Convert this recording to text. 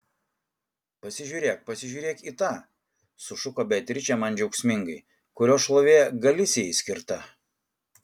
pasižiūrėk pasižiūrėk į tą sušuko beatričė man džiaugsmingai kurio šlovė galisijai skirta